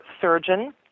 surgeon